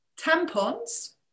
Tampons